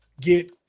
get